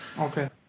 Okay